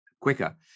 quicker